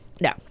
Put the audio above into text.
no